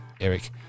Eric